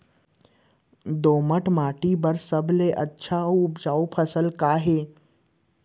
दोमट माटी बर सबले अच्छा अऊ उपजाऊ फसल का हे?